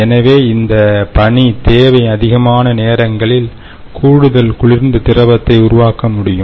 எனவே இந்த பனி தேவை அதிகமான நேரங்களில் கூடுதல் குளிர்ந்த திரவத்தை உருவாக்க முடியும்